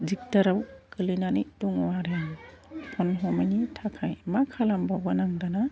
दिग्दाराव गोग्लैनानै दङ आरो आं फ'न हमैनि थाखाय मा खालामबावगोन आं दाना